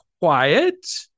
quiet